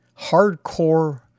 hardcore